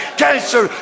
cancer